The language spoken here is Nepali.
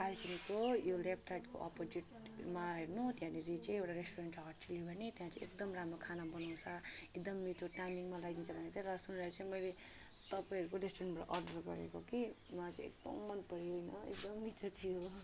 कालचिनीको यो लेफ्ट साइडको अपोजिटमा हेर्नु त्यहाँनिर छे एउटा रेस्टुरेन्ट छ हट चिल्ली भन्ने त्यहाँ चाहिँ एकदम खाना बनाउँछ एकदम मिठो टाइमिङमा ल्याइदिन्छ भनेर रस मलाई चाहिँ मैले तपाईँहरूको रेस्टुरेन्टबाट अर्डर गरेको के मलाई चाहिँ एकदम मन पऱ्यो होइन एकदम मिठो थियो